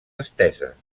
esteses